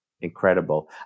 incredible